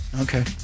Okay